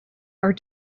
are